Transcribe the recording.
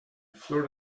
fleur